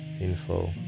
info